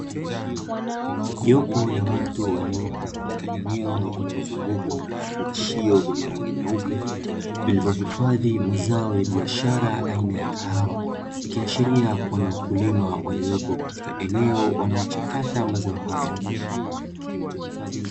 Jopo la watu waliopo katika eneo lililozungukwa na vifungashio vyenye rangi nyeupe vilivyohifadhi mazao ya biashara aina ya kahawa, ikiashiria kuwa ni wakulima waliopo katika eneo wanaochakata mazao hayo.